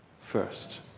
first